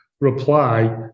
reply